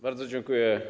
Bardzo dziękuję.